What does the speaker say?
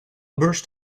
burst